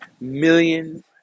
millions